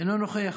אינו נוכח,